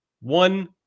one